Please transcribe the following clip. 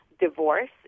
divorce